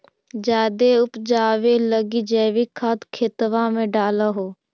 जायदे उपजाबे लगी जैवीक खाद खेतबा मे डाल हो?